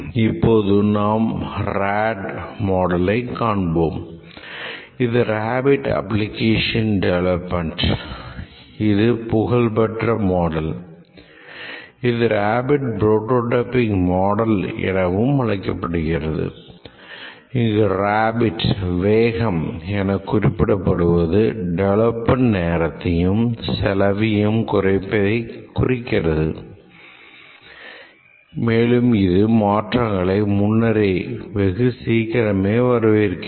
இப்போது நாம் RAD மாடலை காண்போம் இது ரேபிட் அப்ளிகேஷன் டெவலட்மென்ட் வரவேற்கிறது